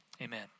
amen